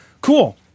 Cool